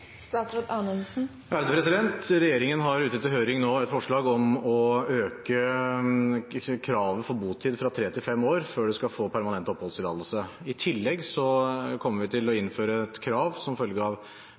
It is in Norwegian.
Regjeringen har ute til høring et forslag om å øke kravet for botid fra tre til fem år før man skal få permanent oppholdstillatelse. I tillegg kommer vi til å innføre et krav – som følge av